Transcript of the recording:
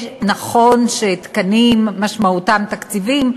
נכון שתקנים משמעותם תקציבים,